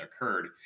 occurred